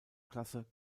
klasse